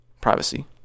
privacy